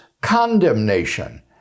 condemnation